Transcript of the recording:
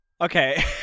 Okay